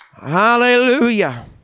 Hallelujah